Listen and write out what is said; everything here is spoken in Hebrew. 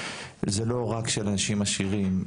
זה לא רק של אנשים עשירים,